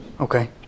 Okay